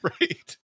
right